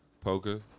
Poker